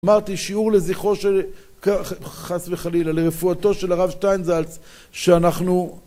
אמרתי שיעור לזכרו של חס וחלילה לרפואתו של הרב שטיינזלס שאנחנו